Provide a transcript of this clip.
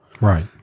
Right